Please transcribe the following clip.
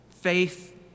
faith